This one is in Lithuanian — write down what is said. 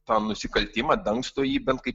tą nusikaltimą dangsto jį bet kaip